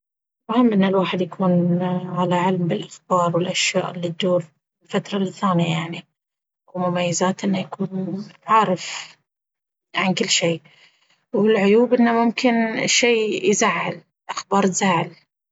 مهم ان الواحد يكون على علم بالاخبار والاشياء ألا تدور من فترة للثانية يعني ومن مميزاته أن يكون عارف عن كل شي والعيوب ان ممكن شي يزعل.. الاخبار تزعل.